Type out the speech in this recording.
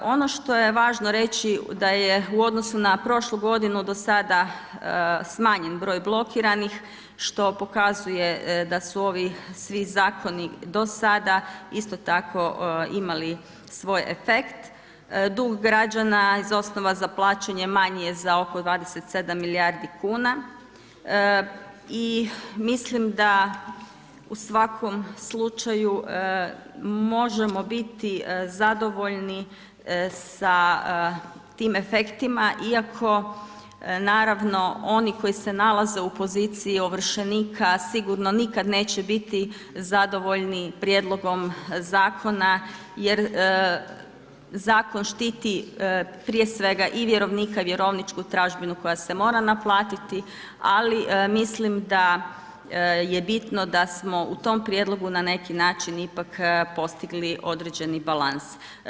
Ono što je važno reći da je u odnosu na prošlu godinu do sada smanjen broj blokiranih što pokazuje da su ovi svi zakoni do sada isto tako imali svoj efekt, dug građana iz osnova za plaćanje manji je za oko 27 milijardi kuna i mislim da u svakom slučaju možemo biti zadovoljni sa tim efektima iako naravno oni koji se nazali u poziciji ovršenika sigurno nikad neće biti zadovoljni prijedlogom zakona jer zakon štiti prije svega i vjerovnika i vjerovničku tražbinu koja se mora naplatiti ali mislim da je bitno da smo u tom prijedlogu na neki način ipak postigli određeni balans.